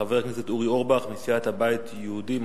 חבר הכנסת אורי אורבך מסיעת הבית היהודי,